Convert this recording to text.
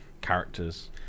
characters